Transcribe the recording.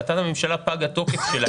פג תוקף החלטת הממשלה.